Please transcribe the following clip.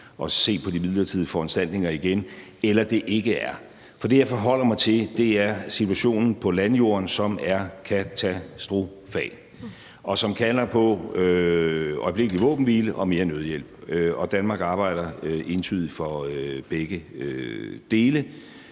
at se på de midlertidige foranstaltninger igen, eller det ikke er. For det, jeg forholder mig til, er situationen på landjorden, som er katastrofal, og som kalder på øjeblikkelig våbenhvile og mere nødhjælp, og Danmark arbejder entydigt for begge dele